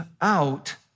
out